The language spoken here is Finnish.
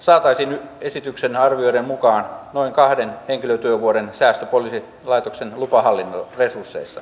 saataisiin esityksen arvioiden mukaan noin kahden henkilötyövuoden säästö poliisilaitoksen lupahallinnon resursseista